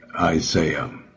Isaiah